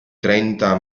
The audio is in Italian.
trenta